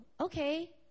okay